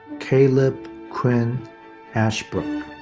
caleb quinn ashbrook.